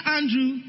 Andrew